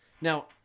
Now